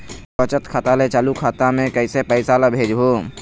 बचत खाता ले चालू खाता मे कैसे पैसा ला भेजबो?